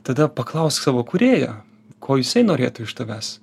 tada paklausk savo kūrėjo ko jisai norėtų iš tavęs